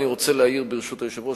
ברשות היושב-ראש,